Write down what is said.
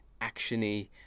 actiony